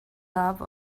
love